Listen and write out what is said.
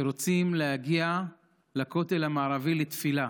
שרוצים להגיע לכותל המערבי לתפילה